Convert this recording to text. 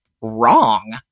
wrong